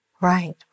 Right